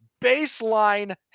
baseline